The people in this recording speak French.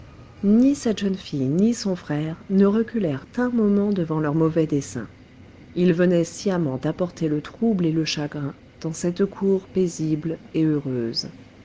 ni cette jeune fille ni son frère ne reculèrent un moment devant leurs mauvais desseins ils venaient sciemment apporter le trouble et le chagrin dans cette cour paisible et heureuse